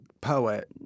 poet